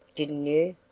didn't you?